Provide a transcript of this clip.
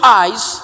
eyes